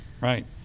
Right